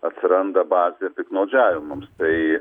atsiranda bazė piktnaudžiavimams tai